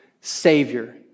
Savior